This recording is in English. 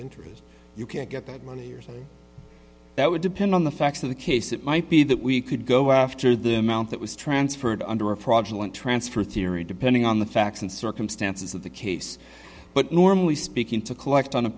interest you can't get that money yours and that would depend on the facts of the case it might be that we could go after them out that was transferred under a project and transfer theory depending on the facts and circumstances of the case but normally speaking to collect on a